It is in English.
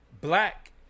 black